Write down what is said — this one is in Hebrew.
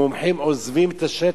המומחים עוזבים את השטח.